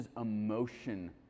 emotion